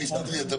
שמסתדרת,